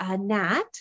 NAT